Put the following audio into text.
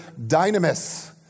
dynamis